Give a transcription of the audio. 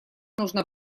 нужно